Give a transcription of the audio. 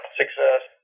success